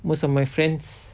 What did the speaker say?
most of my friends